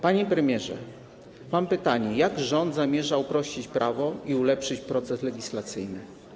Panie premierze, mam pytanie: Jak rząd zamierza uprościć prawo i ulepszyć proces legislacyjny?